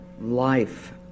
life